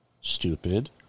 Stupid